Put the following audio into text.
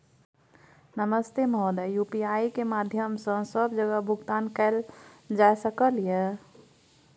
नमस्ते महोदय, यु.पी.आई के माध्यम सं सब जगह भुगतान कैल जाए सकल ये?